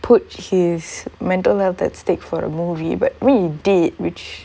put his mental health at stake for a movie but what he did which